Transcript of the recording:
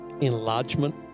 enlargement